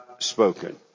spoken